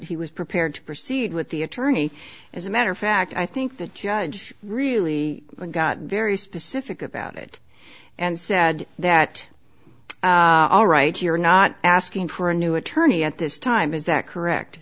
he was prepared to proceed with the attorney as a matter of fact i think the judge really got very specific about it and said that all right you're not asking for a new attorney at this time is that correct